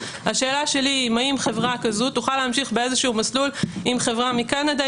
השאלה שלי היא האם חברה כזו תוכל להמשיך באיזשהו מסלול עם חברה מקנדה,